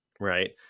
Right